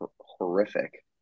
horrific